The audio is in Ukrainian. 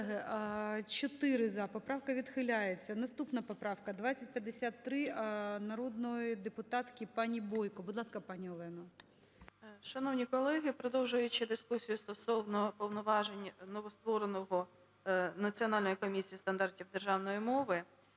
Шановні колеги, продовжуючи дискусію стосовно повноважень новоствореної Національної комісії стандартів державної мови.